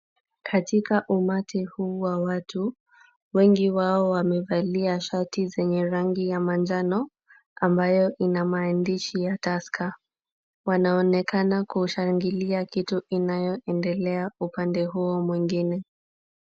Katika umati huu wa watu, wengi wao wamevalia shati zenye rangi ya manjano ambayo ina maandishi ya Tusker. Wanaonekana kushangilia kitu inayoendelea upande huo mwingine.